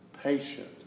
patient